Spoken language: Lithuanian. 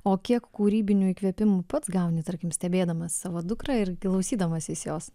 o kiek kūrybinių įkvėpimų pats gauni tarkim stebėdamas savo dukrą ir klausydamasis jos